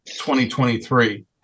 2023